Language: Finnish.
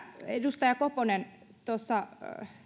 edustaja koponen tuossa